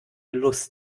lust